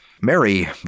Mary